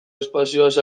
espazioaz